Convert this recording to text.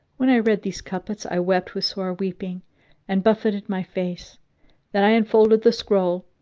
when i read these couplets, i wept with sore weeping and buffeted my face then i unfolded the scroll,